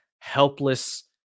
helpless